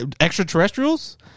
extraterrestrials